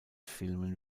filmen